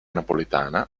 napoletana